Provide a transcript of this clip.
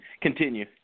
continue